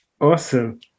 Awesome